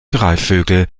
greifvögel